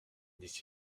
dit